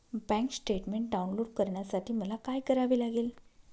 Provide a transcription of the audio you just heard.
Bank statement download करण्यासाठी मला काय करावे लागेल?